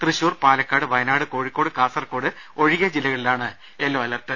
തൃശൂർ പാലക്കാട് വയനാട് കോഴിക്കോട് കാസർകോട് ഒഴികെ ജില്ലകളിലാണ് yellow alert